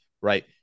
right